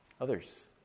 Others